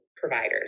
providers